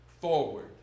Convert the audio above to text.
forward